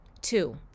Two